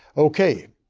ok.